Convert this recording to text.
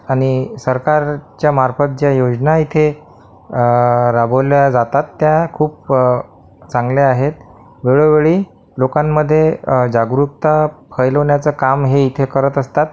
आणि सरकारच्या मार्फत ज्या योजना इथे राबविल्या जातात त्या खूप चांगल्या आहेत वेळोवेळी लोकांमध्ये जागरूकता फैलवण्याचं काम हे इथं करत असतात